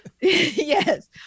yes